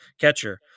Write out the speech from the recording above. catcher